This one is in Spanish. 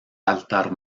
altar